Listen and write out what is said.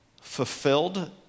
fulfilled